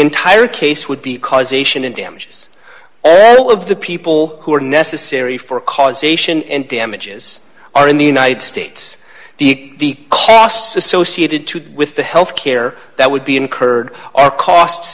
entire case would be causation and damages all of the people who are necessary for causation and damages are in the united states the costs associated to do with the health care that would be incurred